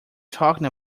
talking